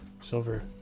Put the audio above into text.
Silver